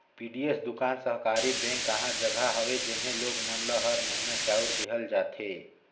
PDS दुकान सहकारी bank कहा जघा हवे जेम्हे लोग मन ल हर महिना चाँउर देहल जाथे